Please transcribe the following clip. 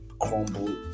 crumbled